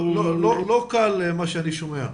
לא קל מה שאני שומע.